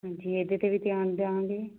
ਜੀ ਇਹਦੇ 'ਤੇ ਵੀ ਧਿਆਨ ਦਿਆਂਗੇ